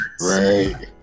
Right